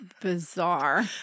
bizarre